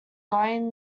going